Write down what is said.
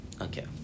Okay